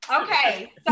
Okay